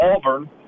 Auburn